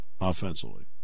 offensively